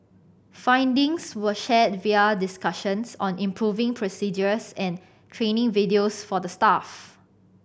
findings were shared via discussions on improving procedures and training videos for the staff